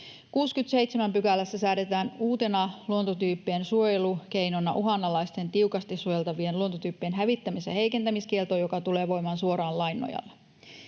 67 §:ssä säädetään uutena luontotyyppien suojelukeinona uhanalaisten tiukasti suojeltavien luontotyyppien hävittämis- ja heikentämiskielto, joka tulee voimaan suoraan lain nojalla.